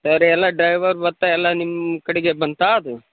ಬೇರೆ ಎಲ್ಲ ಡ್ರೈವರ್ ಬತ್ತ ಎಲ್ಲ ನಿಮ್ಮ ಕಡೆಗೆ ಬಂತಾ ಅದು